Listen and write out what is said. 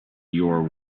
your